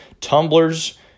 Tumblers